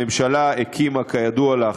הממשלה הקימה, כידוע לך,